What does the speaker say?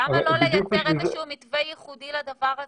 למה לא לייצר איזה שהוא מתווה ייחודי לדבר הזה?